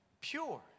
Pure